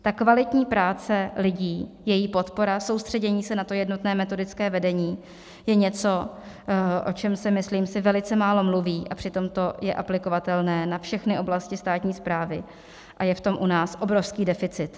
Ta kvalitní práce lidí, její podpora, soustředění se na to jednotné metodické vedení je něco, o čem se, myslím si, velice málo mluví, a přitom to je aplikovatelné na všechny oblasti státní správy, a je v tom u nás obrovský deficit.